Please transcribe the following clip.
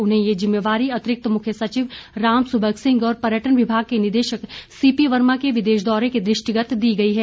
उन्हें ये जिम्मेवारी अतिरिक्त मुख्य सचिव राम सुभग सिंह और पर्यटन विभाग के निदेशक सीपी वर्मा के विदेश दौरे के दृष्टिगत दी गई है